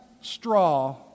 straw